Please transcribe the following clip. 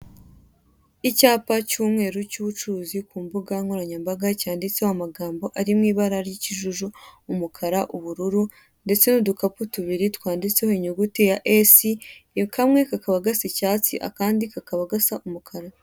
Icyapa cy'umweru cy'ubucuruzi ku mbugankoranyambaga, cyanditse ho magambo ari mu ibara ry'ikijuju, umukara, ubururu, ndetse n'udukapu tubiri, twanditse ho inyuguti ya esi, kamwe kakaba gasa icyatsi akandi kakaba gasa umukara.